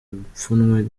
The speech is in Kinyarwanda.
ipfunwe